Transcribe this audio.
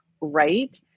right